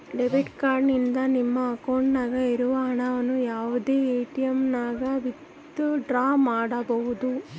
debit card ನಿಂದ ನಮ್ಮ ಅಕೌಂಟ್ನಾಗ ಇರೋ ಹಣವನ್ನು ಯಾವುದೇ ಎಟಿಎಮ್ನಾಗನ ವಿತ್ ಡ್ರಾ ಮಾಡ್ಬೋದು